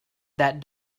that